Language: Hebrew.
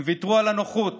הם ויתרו על הנוחות